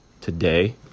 today